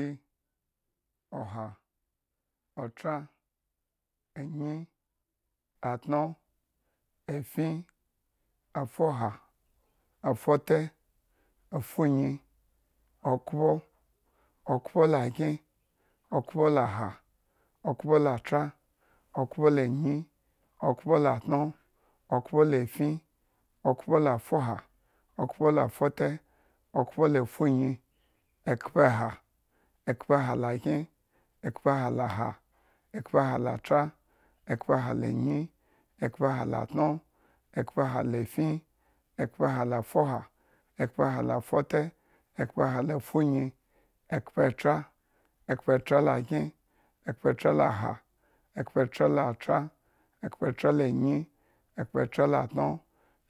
Urin, oha. otra, onyi, atno, ofin, ofoha, ofote, ofonyi, okhpo, okhpoakyen, okhpoaha, okhpolatra, okhpolaanyi, okhpolaatno, okhpoafin, okhpoafoha, okhpoafote, okhpolafunyi, ekhpaha, ekhpaha laakyen, ekhpaha laha, ekhpahalatera, ekhpahalanyi, ekhpahala atno, ekhpahalafin, ekhfaha lafoha, ekhpaha lafote, ekhpaha lafunyi, ekhpetra, ekhpetra la kyen, ekhpetra laha, ekhpetra la atra, ekhpetra lanyi, ekhpetra latno,